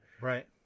right